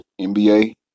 NBA